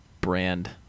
brand